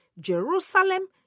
Jerusalem